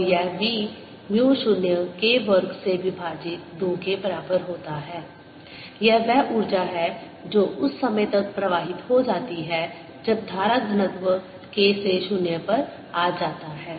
और यह v mu 0 K वर्ग से विभाजित 2 के बराबर होता है यह वह ऊर्जा है जो उस समय तक प्रवाहित हो जाती है जब धारा घनत्व K से 0 पर आ जाता है